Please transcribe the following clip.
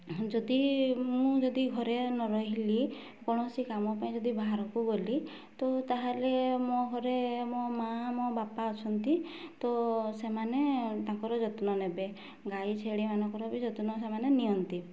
ଯଦି ମୁଁ ଯଦି ଘରେ ନରହିଲି କୌଣସି କାମ ପାଇଁ ଯଦି ବାହାରକୁ ଗଲି ତ ତା'ହେଲେ ମୋ ଘରେ ମୋ ମାଆ ମୋ ବାପା ଅଛନ୍ତି ତ ସେମାନେ ତାଙ୍କର ଯତ୍ନ ନେବେ ଗାଈ ଛେଳିମାନଙ୍କର ବି ଯତ୍ନ ସେମାନେ ନିଅନ୍ତି